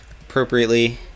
appropriately